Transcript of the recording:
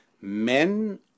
men